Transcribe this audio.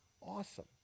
awesome